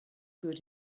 good